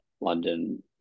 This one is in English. london